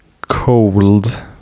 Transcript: cold